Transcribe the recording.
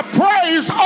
praise